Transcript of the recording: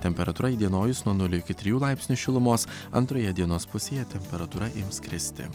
temperatūra įdienojus nuo nulio iki trijų laipsnių šilumos antroje dienos pusėje temperatūra ims kristi